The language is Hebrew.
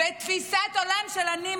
בתפיסת עולם של: אני,